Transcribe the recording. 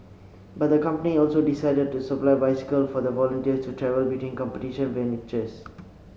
but the company also decided to supply bicycles for the volunteers to travel between competition venues